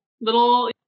little